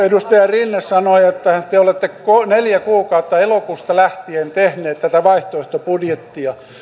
edustaja rinne sanoi että te olette neljä kuukautta elokuusta lähtien tehneet tätä vaihtoehtobudjettia